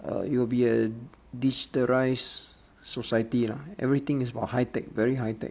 orh it will be a digitalised society lah everything is about high tech very high tech